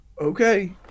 Okay